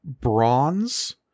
bronze